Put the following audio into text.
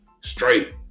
straight